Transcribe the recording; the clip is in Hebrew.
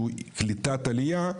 שהוא קליטת עלייה,